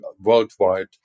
worldwide